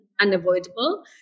unavoidable